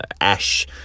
Ash